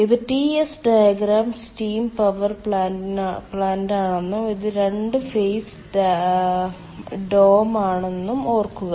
ഇത് Ts diagram steam power പ്ലാന്റാണെന്നും ഇത് 2 ഫേസ് ഡോം ആണെന്നും ഓർക്കുക